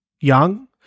young